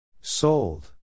Sold